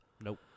Nope